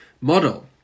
model